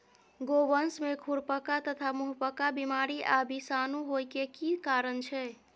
गोवंश में खुरपका तथा मुंहपका बीमारी आ विषाणु होय के की कारण छै?